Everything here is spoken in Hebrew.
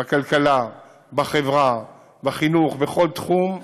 בכלכלה, בחברה, בחינוך, בכל תחום,